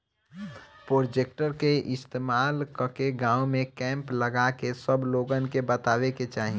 projector के इस्तेमाल कके गाँव में कैंप लगा के सब लोगन के बतावे के चाहीं